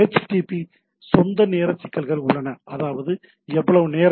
B க்கு சொந்த நேர சிக்கல்கள் உள்ளன அதாவது எவ்வளவு நேரம் உள்ளது